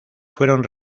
fueron